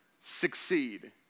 succeed